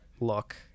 look